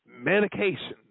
medication